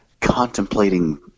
Contemplating